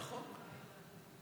נכון.